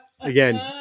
Again